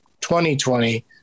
2020